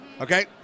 okay